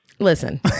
Listen